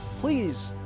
please